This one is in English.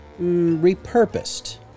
repurposed